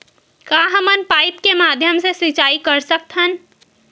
का हमन पाइप के माध्यम से सिंचाई कर सकथन?